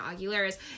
Aguilera's